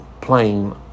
plane